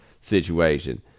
situation